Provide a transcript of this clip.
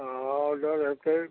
हँ ऑर्डर हेतै